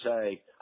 say